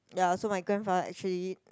ya so my grandfather actually